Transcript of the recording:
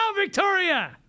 Victoria